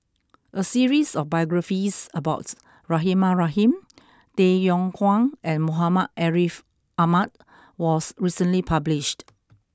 a series of biographies about Rahimah Rahim Tay Yong Kwang and Muhammad Ariff Ahmad was recently published